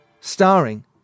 starring